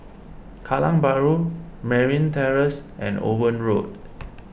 Kallang Bahru Merryn Terrace and Owen Road